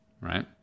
right